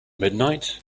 midnight